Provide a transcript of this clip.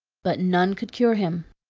but none could cure him.